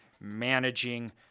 managing